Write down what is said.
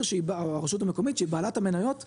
שהיא הרשות המקומית שהיא בעלת המניות בתאגיד,